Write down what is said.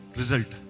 result